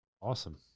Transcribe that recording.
Awesome